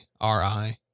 R-I